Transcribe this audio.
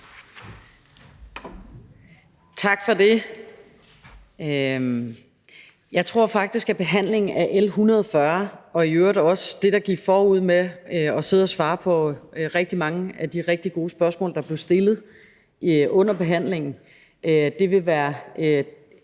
Tak for det. Jeg tror faktisk, at behandlingen af L 140 og i øvrigt også det, der gik forud, med at sidde og svare på rigtig mange af de rigtig gode spørgsmål, der blev stillet under behandlingen, vil være